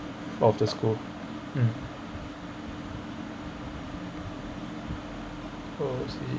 of the school mm oh see